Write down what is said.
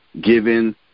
given